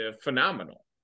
phenomenal